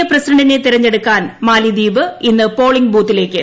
പുതിയ പ്രസിഡന്റിനെ തെരഞ്ഞെടുക്കാൻ മാലിദ്വീപ് ഇന്ന് പോളിംഗ് ബൂത്തിലേക്ക്